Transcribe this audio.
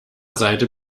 seite